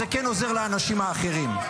אבל זה כן עוזר לאנשים האחרים.